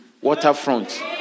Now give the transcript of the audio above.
waterfront